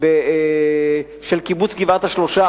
של קיבוץ גבעת-השלושה,